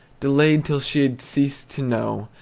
delayed till she had ceased to know,